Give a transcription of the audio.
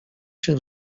się